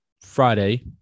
Friday